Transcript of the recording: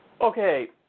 Okay